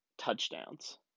touchdowns